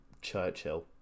Churchill